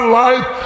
life